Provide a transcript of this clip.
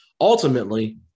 ultimately